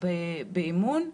בעיה באמון?